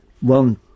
one